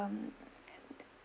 um